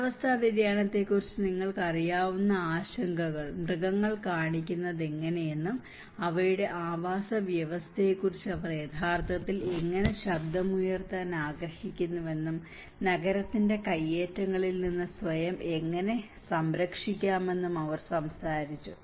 കാലാവസ്ഥാ വ്യതിയാനത്തെക്കുറിച്ച് നിങ്ങൾക്ക് അറിയാവുന്ന ആശങ്കകൾ മൃഗങ്ങൾ കാണിക്കുന്നതെങ്ങനെയെന്നും അവയുടെ ആവാസവ്യവസ്ഥയെക്കുറിച്ച് അവർ യഥാർത്ഥത്തിൽ എങ്ങനെ ശബ്ദമുയർത്താൻ ആഗ്രഹിക്കുന്നുവെന്നും നഗരത്തിന്റെ കൈയേറ്റങ്ങളിൽ നിന്ന് സ്വയം എങ്ങനെ സംരക്ഷിക്കാമെന്നും അവർ സംസാരിച്ചു